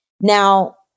Now